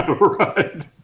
Right